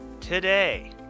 today